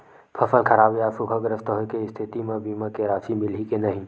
फसल खराब या सूखाग्रस्त होय के स्थिति म बीमा के राशि मिलही के नही?